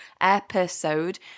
episode